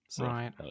Right